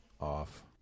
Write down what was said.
off